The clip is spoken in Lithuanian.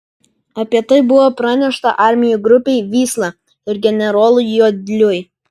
apie tai buvo pranešta armijų grupei vysla ir generolui jodliui